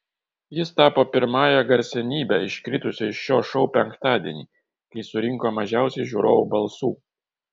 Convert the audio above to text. jis tapo pirmąja garsenybe iškritusia iš šio šou penktadienį kai surinko mažiausiai žiūrovų balsų